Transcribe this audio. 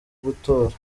gutora